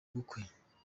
bukwe